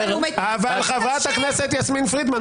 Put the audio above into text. הוא --- אבל חברת הכנסת יסמין פרידמן,